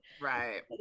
right